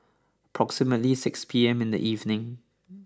approximately six P M in the evening